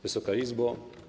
Wysoka Izbo!